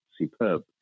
superb